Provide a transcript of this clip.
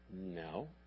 No